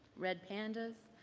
red pandas,